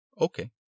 Okay